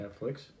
Netflix